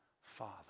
Father